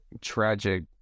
tragic